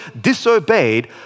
disobeyed